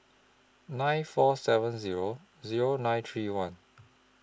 nine four seven Zero Zero nine three one